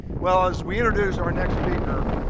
well as we introduce our next speaker,